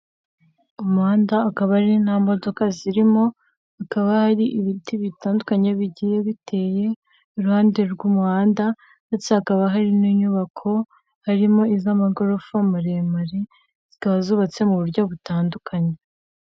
Umuhanda akaba ari nta modoka zirimo, kaba ari ibiti bitandukanye bigiye biteye iruhande rw'umuhanda ndetse hakaba hari n'inyubako harimo iz'amagorofa maremare zikaba zubatse mu buryo butandukanye.